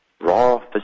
Raw